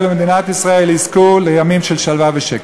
ומדינת ישראל יזכו לימים של שלווה ושקט.